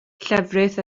llefrith